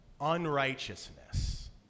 Unrighteousness